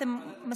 אתם מסכימים?